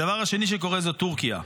הדבר השני שקורה זה טורקיה.